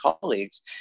colleagues